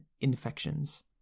infections